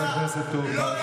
דיסטל,